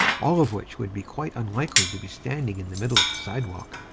all of which would be quite unlikely to be standing in the middle of the sidewalk,